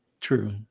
True